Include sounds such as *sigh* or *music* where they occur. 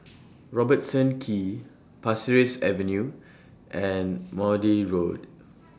*noise* Robertson Quay Pasir Ris Avenue and Maude Road *noise*